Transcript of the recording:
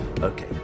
Okay